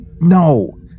No